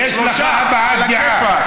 יש לך הבעת דעה.